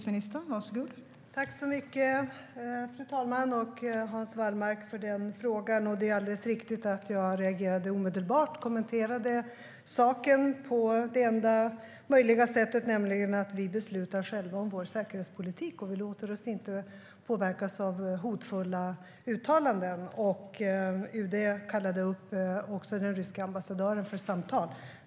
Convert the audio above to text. Fru talman! Tack, Hans Wallmark, för frågan! Det är alldeles riktigt att jag reagerade omedelbart och kommenterade saken på det enda möjliga sättet, nämligen att vi beslutar själva om vår säkerhetspolitik. Vi låter oss inte påverkas av hotfulla uttalanden. UD kallade också upp den ryske ambassadören för samtal.